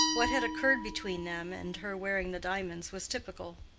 what had occurred between them and her wearing the diamonds was typical.